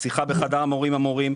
שיחה בחדר המורים עם המורים,